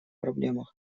проблемах